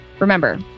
Remember